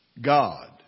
God